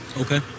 Okay